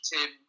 Tim